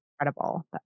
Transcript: Incredible